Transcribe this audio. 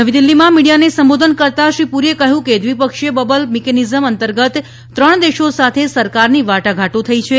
નવી દિલ્ફીમાં મીડિયાને સંબોધન કરતાં શ્રીપુરીએ કહ્યું કે દ્વિપક્ષીય બબલ મિકેનિઝમ અંતર્ગત ત્રણ દેશો સાથે સરકારની વાટાઘાટો થઈ છે